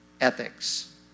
ethics